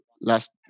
last